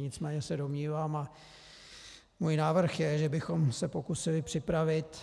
Nicméně se domnívám a můj návrh je, že bychom se pokusili připravit